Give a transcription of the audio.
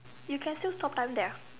you can still stop them there